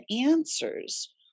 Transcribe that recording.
answers